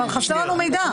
אבל חסר לנו מידע.